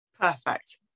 Perfect